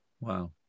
Wow